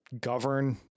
govern